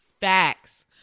Facts